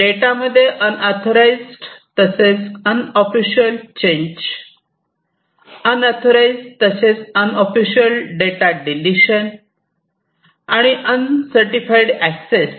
डेटामध्ये अनऔथोराझ्ड तसेच unofficial change unauthorised तसेच अनऑफिशियल डेटा डिलीशन आणि अन सर्टिफाइड एक्सेस